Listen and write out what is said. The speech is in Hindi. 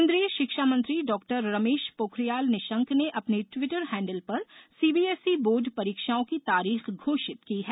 केंद्रीय शिक्षा मंत्री डॉ रमेश पोखरियाल निशंक ने अपने ट्विटर हैंडल पर सीबीएसई बोर्ड परीक्षाओं की तारीख घोषित की है